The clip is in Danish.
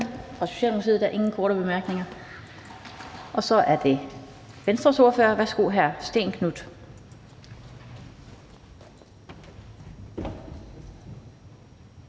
fra Socialdemokratiet. Der er ingen korte bemærkninger. Så er det Venstres ordfører. Værsgo, hr. Stén Knuth.